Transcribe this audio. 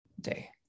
day